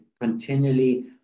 continually